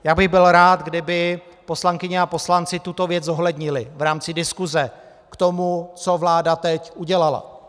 Já bych byl rád, kdyby poslankyně a poslanci tuto věc zohlednili v rámci diskuse k tomu, co vláda teď udělala.